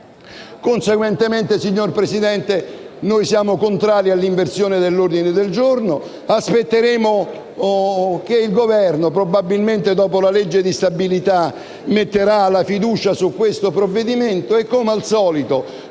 Conseguentemente, signor Presidente, noi siamo contrari all'inversione dell'ordine del giorno. Aspetteremo che il Governo, probabilmente dopo la presentazione del disegno di legge di stabilità, metterà la fiducia su questo provvedimento e, come al solito,